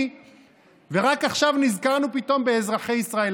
ורק עכשיו נזכרנו פתאום באזרחי ישראל.